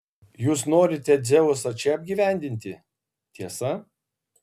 jūs norite dzeusą čia apgyvendinti tiesa